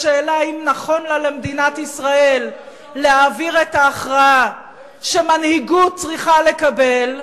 בשאלה אם נכון לה למדינת ישראל להעביר את ההכרעה שמנהיגות צריכה לקבל,